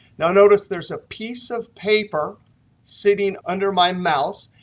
now, notice there's a piece of paper sitting under my mouse.